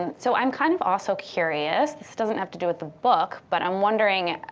and so i'm kind of also curious this doesn't have to do with the book, but i'm wondering,